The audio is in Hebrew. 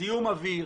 זיהום אוויר.